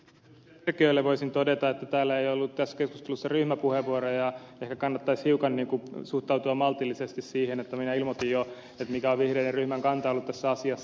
perkiölle voisin todeta että täällä ei ollut tässä keskustelussa ryhmäpuheenvuoroja ja ehkä kannattaisi hiukan suhtautua maltillisesti siihen että minä ilmoitin jo mikä on vihreiden ryhmän kanta ollut tässä asiassa